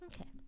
Okay